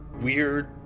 Weird